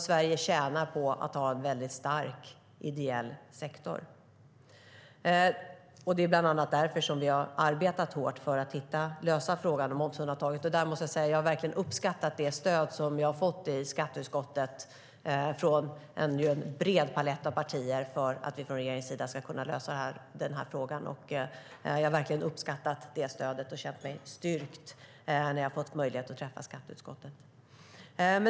Sverige tjänar på att ha en stark ideell sektor. Det är bland annat därför som vi har arbetat hårt för att lösa frågan om momsundantaget. Jag måste säga att jag verkligen har uppskattat det stöd som jag har fått i skatteutskottet från en bred palett av partier för att vi från regeringens sida ska kunna lösa den här frågan. Jag har verkligen uppskattat det stödet och känt mig styrkt när jag har fått möjlighet att träffa skatteutskottet.